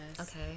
Okay